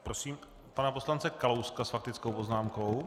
Prosím pana poslance Kalouska s faktickou poznámkou.